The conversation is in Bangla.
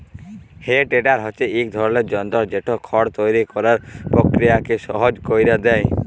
হে টেডার হছে ইক ধরলের যল্তর যেট খড় তৈরি ক্যরার পকিরিয়াকে সহজ ক্যইরে দেঁই